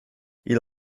ils